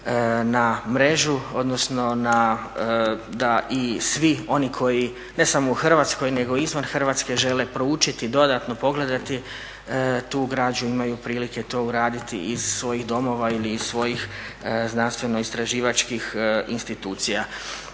na mrežu odnosno da i svi oni koji ne samo u Hrvatskoj nego i izvan Hrvatske žele proučiti dodatno pogledati tu građu imaju prilike to uraditi iz svojih domova ili iz svojih znanstvenoistraživačkih institucija.